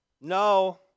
No